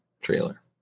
trailer